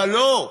אבל לא,